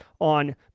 on